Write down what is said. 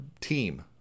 team